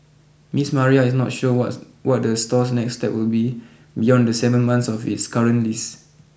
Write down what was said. Miss Maria is not sure what's what the store's next step will be beyond the seven months of its current lease